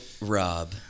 Rob